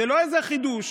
זה לא איזה חידוש,